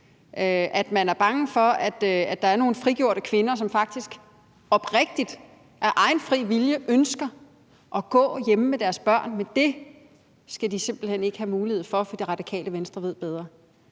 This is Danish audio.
man er bange for, at der er nogle frigjorte kvinder, som faktisk oprigtigt og af egen fri vilje ønsker at gå hjemme med deres børn, men det skal de simpelt hen ikke have mulighed for, for Radikale Venstre ved bedre.